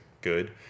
good